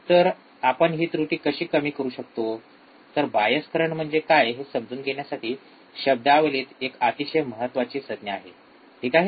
तर आपण हे त्रुटी कशी कमी करू शकतो तर बायस करंट म्हणजे काय हे समजून घेण्यासाठी शब्दावलीत एक अतिशय महत्त्वाची संज्ञा आहे ठीक आहे